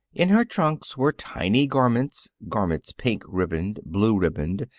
in her trunks were tiny garments garments pink-ribboned, blue-ribboned,